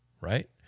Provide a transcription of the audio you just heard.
Right